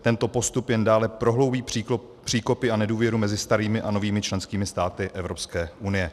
Tento postup jen dále prohloubí příkopy a nedůvěru mezi starými a novými členskými státy Evropské unie.